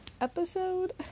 episode